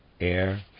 air